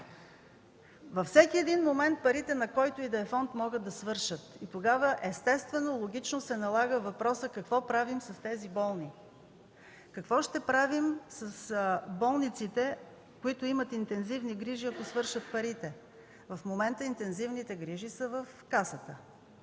Във всеки един момент парите на който и да е фонд могат да свършат и тогава естествено логично се налага въпросът: какво правим с тези болни. Какво ще правим с болниците, които имат интензивни грижи, ако свършат парите? В момента интензивните грижи са в Касата.